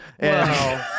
Wow